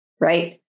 right